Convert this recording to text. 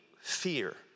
fear